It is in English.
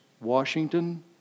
Washington